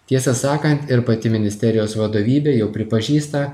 tiesą sakant ir pati ministerijos vadovybė jau pripažįsta